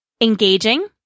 Engaging